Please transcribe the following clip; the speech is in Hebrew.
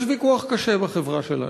יש ויכוח קשה בחברה שלנו,